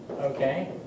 Okay